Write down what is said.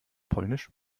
polnisch